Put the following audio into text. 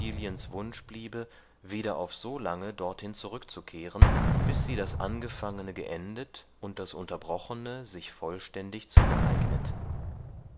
wunsch bliebe wieder auf so lange dorthin zurückzukehren bis sie das angefangene geendet und das unterbrochene sich vollständig zugeeignet